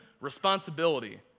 responsibility